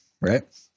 right